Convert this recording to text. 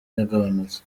yagabanutse